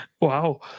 Wow